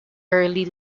early